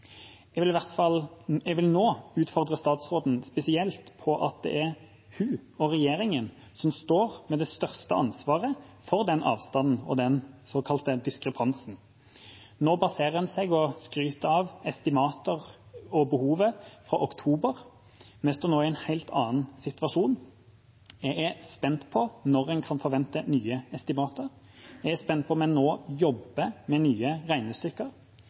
Jeg vil nå utfordre statsråden spesielt på at det er hun og regjeringa som sitter med det største ansvaret for den avstanden og den såkalte diskrepansen. Nå baserer en seg på og skryter av estimater og behovet i oktober. Vi står nå i en helt annen situasjon. Jeg er spent på når en kan forvente nye estimater. Jeg er spent på om en nå jobber med nye regnestykker.